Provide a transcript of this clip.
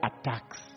attacks